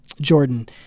Jordan